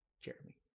jeremy